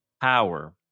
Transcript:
power